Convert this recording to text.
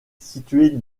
située